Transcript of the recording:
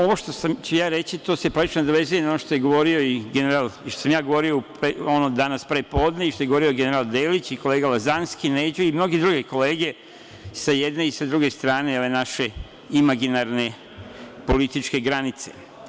Ovo što ću reći, se praktično nadovezuje na ono što je govorio general i ono što sam ja govorio danas prepodne i što je govorio general Delić i kolega Lazanski, Neđo i mnoge druge kolege, sa jedne i sa druge strane ove naše imaginarne političke granice.